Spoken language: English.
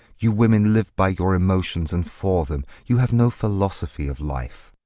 you women live by your emotions and for them. you have no philosophy of life.